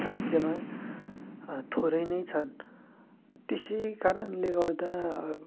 राज्यमा थोरै नै छन् त्यसै कारणले गर्दा